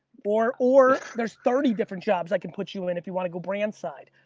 or or there's thirty different jobs i can put you in if you want to go brand side.